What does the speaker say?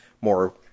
more